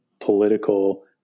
political